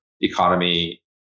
economy